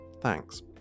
thanks